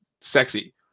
Sexy